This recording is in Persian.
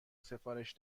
سفارش